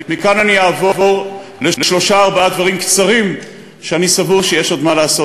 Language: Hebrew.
מכאן אני אעבור לשלושה-ארבעה דברים קצרים שאני סבור שיש עוד מה לעשות,